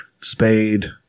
Spade